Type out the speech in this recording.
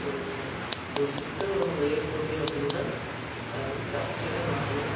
ஒரு சிக்கல் நமக்கு ஏற்படுது அப்படினா அதில் இருந்து தப்பிக்க தான் பார்க்கணும்